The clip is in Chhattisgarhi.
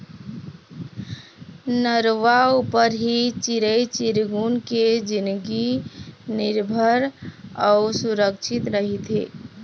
नरूवा ऊपर ही चिरई चिरगुन के जिनगी निरभर अउ सुरक्छित रहिथे